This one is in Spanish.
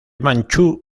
manchú